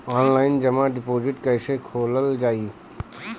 Online जमा deposit कैसे खोलल जाइ?